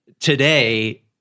Today